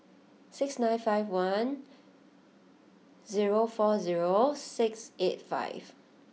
six nine five one zero four zero six eight five